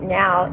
now